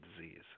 disease